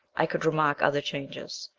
i could remark other changes.